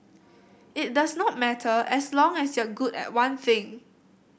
it does not matter as long as you're good at one thing